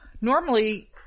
normally